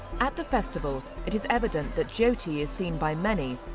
at the festival it is evident that jyoti is seen by many,